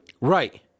Right